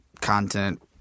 content